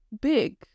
big